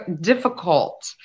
difficult